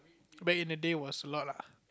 back in the day was a lot lah